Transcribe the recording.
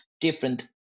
different